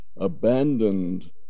abandoned